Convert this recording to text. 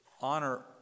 honor